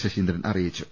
ശശീന്ദ്രൻ അറിയിച്ചു